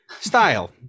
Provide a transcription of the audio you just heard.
style